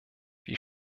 wir